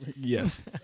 Yes